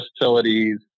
facilities